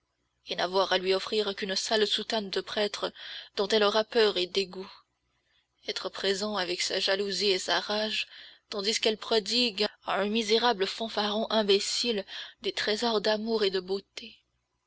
et n'avoir à lui offrir qu'une sale soutane de prêtre dont elle aura peur et dégoût être présent avec sa jalousie et sa rage tandis qu'elle prodigue à un misérable fanfaron imbécile des trésors d'amour et de beauté